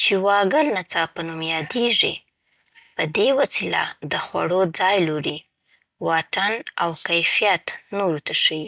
چی واګل نڅا په نوم یادیږی. په دی وسیله د خوړو ځای لوری، واټن او کیفیت نورو ته ښيي.